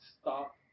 stop